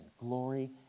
glory